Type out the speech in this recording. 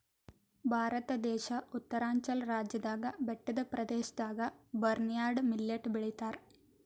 ಭಾರತ ದೇಶ್ ಉತ್ತರಾಂಚಲ್ ರಾಜ್ಯದಾಗ್ ಬೆಟ್ಟದ್ ಪ್ರದೇಶದಾಗ್ ಬರ್ನ್ಯಾರ್ಡ್ ಮಿಲ್ಲೆಟ್ ಕಾಳ್ ಬೆಳಿತಾರ್